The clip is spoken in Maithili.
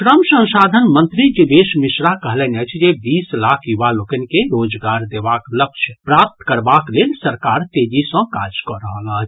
श्रम संसाधन मंत्री जीवेश मिश्रा कहलनि अछि जे बीस लाख युवा लोकनि के रोजगार देबाक लक्ष्य प्राप्त करबाक लेल सरकार तेजी सँ काज कऽ रहल अछि